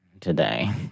today